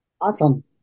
Awesome